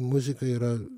muzika yra